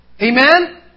Amen